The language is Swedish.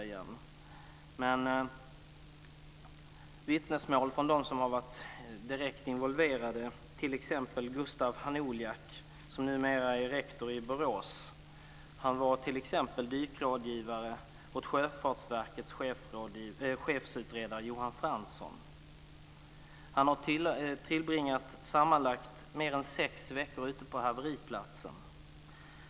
Vittnesmål finns från dem som varit direkt involverade, bl.a. Gustav Hanuliak som numera är rektor i Borås. Han var t.ex. dykrådgivare åt Sjöfartsverkets chefsutredare Johan Fransson. Hanuliak har tillbringat sammanlagt mer än sex veckor ute på haveriplatsen.